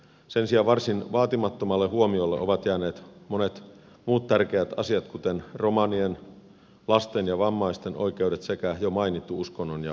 sen sijaan varsin vaatimattomalle huomiolle ovat jääneet monet muut tärkeät asiat kuten romanien lasten ja vammaisten oikeudet sekä jo mainittu uskonnon ja omantunnonvapaus